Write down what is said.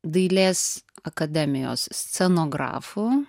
dailės akademijos scenografu